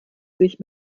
sich